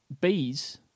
bees